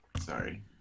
Sorry